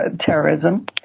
terrorism